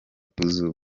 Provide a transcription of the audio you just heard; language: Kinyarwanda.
kuzura